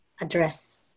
address